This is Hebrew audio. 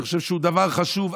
אני חושב שזה דבר חשוב,